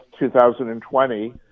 2020